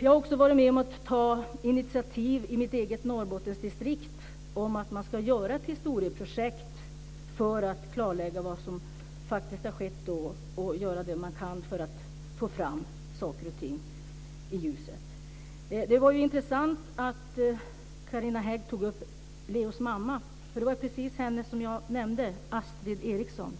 Jag har också varit med om att ta initiativ i mitt eget Norrbottensdistrikt om att man ska göra ett historieprojekt för att klarlägga vad som faktiskt har skett och göra det man kan för att få fram saker och ting i ljuset. Det var intressant att Carina Hägg tog upp Leos mamma. Det var precis henne som jag nämnde, Astrid Eriksson.